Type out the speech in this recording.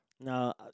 Now